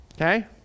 Okay